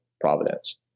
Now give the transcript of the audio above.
providence